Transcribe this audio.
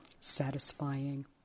satisfying